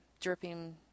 dripping